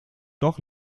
doch